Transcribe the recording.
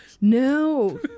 no